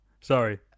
Sorry